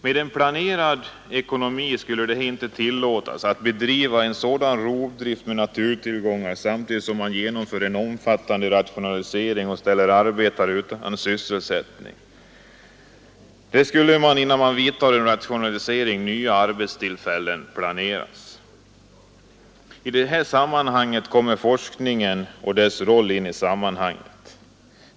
Med en planerad ekonomi skulle det inte tillåtas att man bedriver en sådan rovdrift med naturtillgångar samtidigt som man genomför en omfattande rationalisering och ställer arbetare utan sysselsättning. Där skulle nya arbetstillfällen planeras innan man vidtar en rationalisering. I det sammanhanget kommer forskningen och dess roll in i bilden.